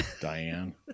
Diane